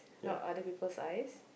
not other people's eyes